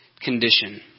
condition